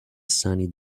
sunny